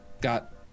got